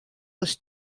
was